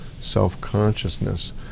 self-consciousness